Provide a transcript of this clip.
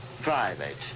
private